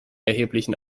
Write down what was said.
erheblichen